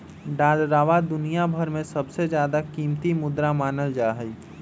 डालरवा दुनिया भर में सबसे ज्यादा कीमती मुद्रा मानल जाहई